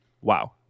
Wow